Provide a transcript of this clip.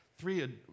three